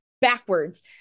backwards